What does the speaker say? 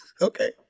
Okay